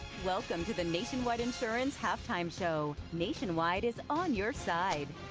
welcome do the nationwide insurance halftime show. nationwide is on your side.